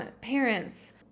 parents